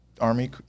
army